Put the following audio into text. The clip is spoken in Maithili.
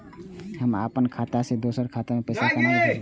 हम अपन खाता से दोसर के खाता मे पैसा के भेजब?